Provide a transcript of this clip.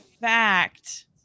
fact